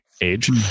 age